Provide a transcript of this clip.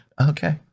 okay